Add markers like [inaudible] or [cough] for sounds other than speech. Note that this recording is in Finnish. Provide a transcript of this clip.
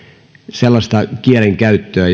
sellaista kielenkäyttöä [unintelligible]